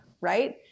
Right